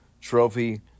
trophy